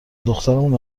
دخترمون